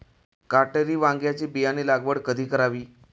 काटेरी वांग्याची बियाणे लागवड कधी करावी?